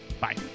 bye